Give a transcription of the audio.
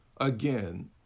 again